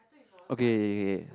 okay okay okay